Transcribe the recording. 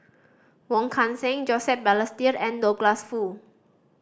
Wong Kan Seng Joseph Balestier and Douglas Foo